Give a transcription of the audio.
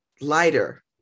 lighter